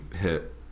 hit